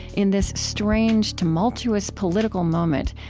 in this strange, tumultuous political moment,